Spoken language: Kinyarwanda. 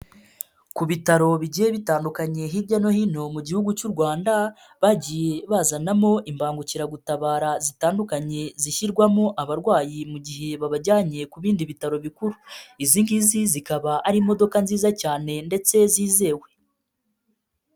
Ku bitaro bigiye bitandukanye hirya no hino mu gihugu cy'u Rwanda, bagiye bazanamo imbagukiragutabara zitandukanye zishyirwamo abarwayi mu gihe babajyanye ku bindi bitaro bikuru, izi nk'izi zikaba ari imodoka nziza cyane ndetse zizewe.